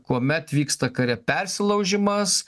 kuomet vyksta kare persilaužimas